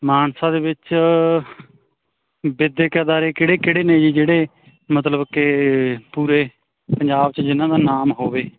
ਮਾਨਸਾ ਦੇ ਵਿੱਚ ਵਿੱਦਿਅਕ ਅਦਾਰੇ ਕਿਹੜੇ ਕਿਹੜੇ ਨੇ ਜੀ ਜਿਹੜੇ ਮਤਲਬ ਕਿ ਪੂਰੇ ਪੰਜਾਬ 'ਚ ਜਿਹਨਾਂ ਦਾ ਨਾਮ ਹੋਵੇ